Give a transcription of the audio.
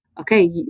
okay